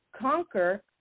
conquer